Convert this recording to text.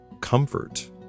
comfort